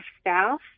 staff